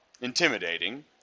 intimidating